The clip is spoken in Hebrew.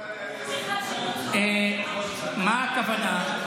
מה הכוונה?